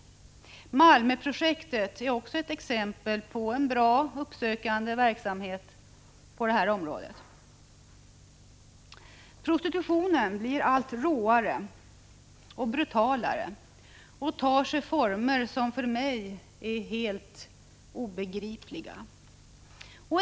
Malmöprojektet är också ett exempel på bra uppsökande verksamhet på detta område. Prostitutionen blir allt råare och brutalare och tar sig former som för mig är helt obegripliga.